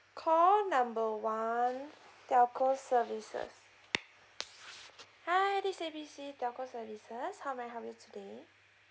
call number one telco services hi this A B C telco services how may I help you today